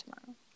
tomorrow